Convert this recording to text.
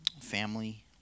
family